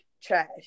trash